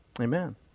Amen